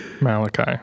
Malachi